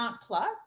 plus